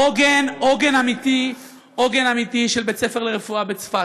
עוגן אמיתי של בית-ספר לרפואה בצפת,